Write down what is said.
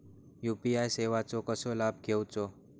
UPI सेवाचो कसो लाभ घेवचो?